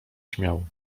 śmiał